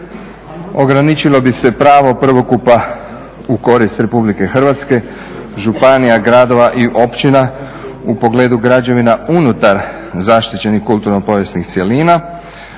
Ograničilo bi se pravo prvokupa u korist RH, županije, gradova i općina u pogledu građevina unutar zaštićenih kulturno povijesnih cjelina